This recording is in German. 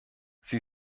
sie